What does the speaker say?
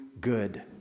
good